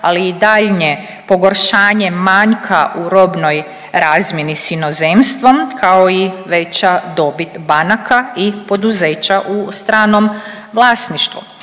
ali i daljnje pogoršanje manjka u robnoj razmjeni s inozemstvom, kao i veća dobit banaka i poduzeća u stranom vlasništvu.